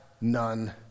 none